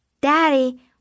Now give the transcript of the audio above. Daddy